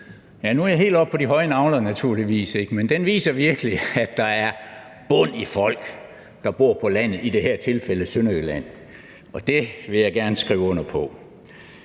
naturligvis helt oppe på de høje nagler, men den viser virkelig, at der er bund i folk, der bor på landet – i det her tilfælde Sønderjylland. Det vil jeg gerne skrive under på.